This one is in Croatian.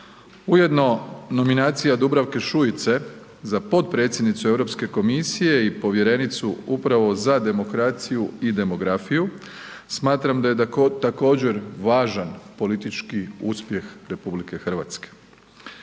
Ujedno nominacija Dubravke Šuice za potpredsjednicu Europske komisije i povjerenicu upravo za demokraciju i demografiju smatram da je također važan politički uspjeh RH. Praktički